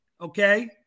Okay